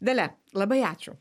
dalia labai ačiū